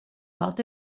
bat